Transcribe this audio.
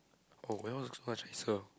oh well it looks much nicer